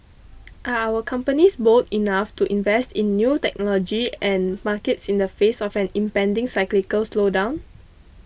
are our companies bold enough to invest in new technology and markets in the face of an impending cyclical slowdown